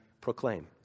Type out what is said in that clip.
Proclaim